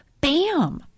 bam